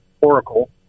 oracle